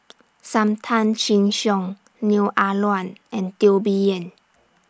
SAM Tan Chin Siong Neo Ah Luan and Teo Bee Yen